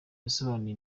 yasobanuye